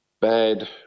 bad